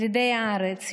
ילידי הארץ,